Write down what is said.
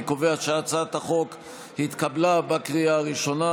אני קובע שהצעת החוק התקבלה בקריאה הראשונה,